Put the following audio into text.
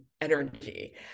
energy